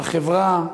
בחברה,